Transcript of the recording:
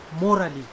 morally